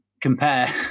compare